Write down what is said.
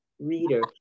reader